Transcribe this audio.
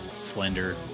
slender